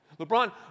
LeBron